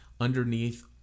underneath